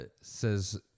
says